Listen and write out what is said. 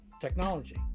technology